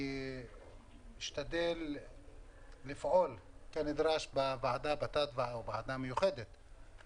אני אשתדל לפעול כנדרש בוועדה המיוחדת כי